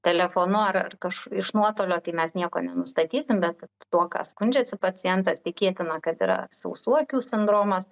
telefonu ar kaž iš nuotolio tai mes nieko nenustatysim bet tuo ką skundžiasi pacientas tikėtina kad yra sausų akių sindromas